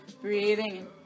Breathing